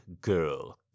girl